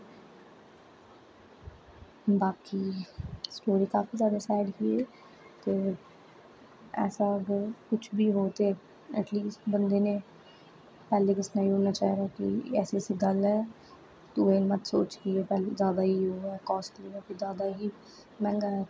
बाकी स्टोरी काफी जादा सैड ही ऐ ते ऐसा कुछ बी हो ते एटलीस्ट बंदे ने पैह्लें गै सनाई ओड़ना चाहिदा कि ऐसी ऐसी गल्ल ऐ तू एह् मत सोच कि एह् जादा ही ओह् ऐ कॉस्टली ऐ जादा ही मैहंगा ऐ